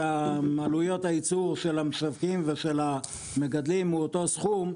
ועלויות הייצור של המשווקים ושל המגדלים הוא אותו סכום,